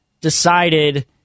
decided